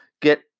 get